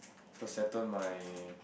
so settle my